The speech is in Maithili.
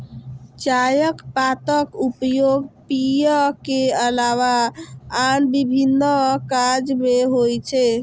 चायक पातक उपयोग पेय के अलावा आन विभिन्न काज मे होइ छै